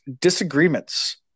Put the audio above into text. disagreements